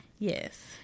Yes